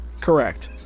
Correct